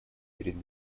перед